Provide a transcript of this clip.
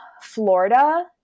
Florida